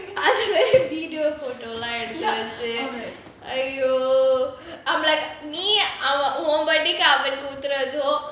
அதுவே:athuvae video போடலாம் எடுத்து வச்சி:podalaam eduthu vachi !aiyo! I'm like அவளுக்கு ஊத்துறதோ:avaluku oothuratho